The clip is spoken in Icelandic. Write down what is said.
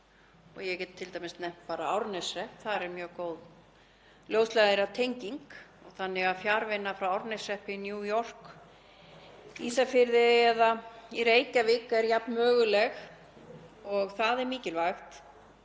og ég get t.d. nefnt Árneshrepp. Þar er mjög góð ljósleiðaratenging þannig að fjarvinna frá Árneshreppi í New York, Ísafirði eða í Reykjavík er jafn möguleg og hún er mikilvæg.